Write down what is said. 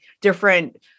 different